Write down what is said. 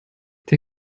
der